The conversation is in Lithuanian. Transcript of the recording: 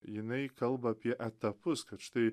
jinai kalba apie etapus kad štai